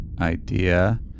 idea